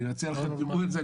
אני מציע שתבדקו את זה,